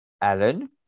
Alan